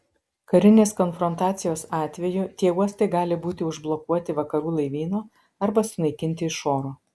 karinės konfrontacijos atveju tie uostai gali būti užblokuoti vakarų laivyno arba sunaikinti iš oro